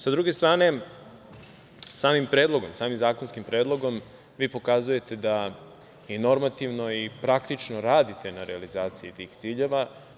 Sa druge strane, samim predlogom, samim zakonskim predlogom vi pokazujete da i normativno, praktično radite na realizaciji tih ciljeva.